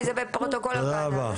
אוקיי, זה בפרוטוקול הוועדה.